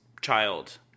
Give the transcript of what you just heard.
child